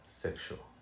sexual